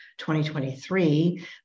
2023